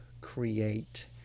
create